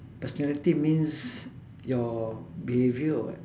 personality means your behaviour or what